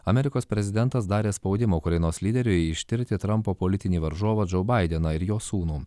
amerikos prezidentas darė spaudimą ukrainos lyderiui ištirti trampo politinį varžovą džo baideną ir jo sūnų